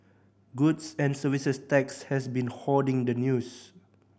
goods and Services Tax has been hoarding the news